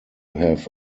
have